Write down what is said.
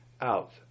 out